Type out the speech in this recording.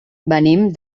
venim